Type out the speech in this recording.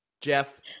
Jeff